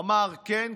אמר: כן,